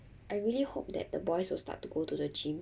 I really hope that the boys will start to go to the gym